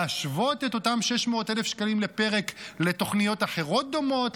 להשוות את אותם 600,000 שקלים לפרק לתוכניות אחרות דומות,